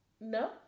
No